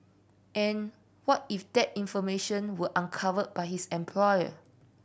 and what if that information were uncovered by his employer